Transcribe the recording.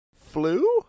Flu